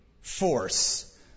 force